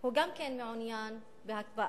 הוא גם כן מעוניין בהקפאה